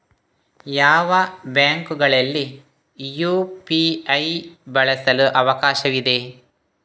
ಯಾವ ಬ್ಯಾಂಕುಗಳಲ್ಲಿ ಯು.ಪಿ.ಐ ಬಳಸಲು ಅವಕಾಶವಿದೆ?